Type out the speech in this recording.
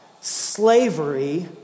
slavery